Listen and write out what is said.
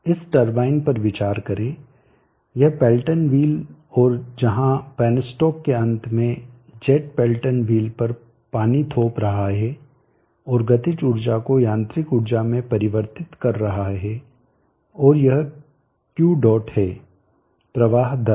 इस टरबाइन पर विचार करें यह पेल्टन व्हील और जहां पेन्स्टॉक के अंत में जेट पेल्टन व्हील पर पानी थोप रहा है और गतिज ऊर्जा को यांत्रिक ऊर्जा में परिवर्तित कर रहा है और यह Q डॉट है प्रवाह दर